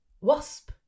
wasp